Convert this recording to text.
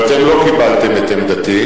אבל אתם לא קיבלתם את עמדתי.